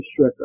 Stricker